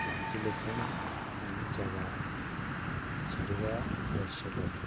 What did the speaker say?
ventilation ପାଇଁ ଜାଗା ଛାଡ଼ିବା ଆବଶ୍ୟକ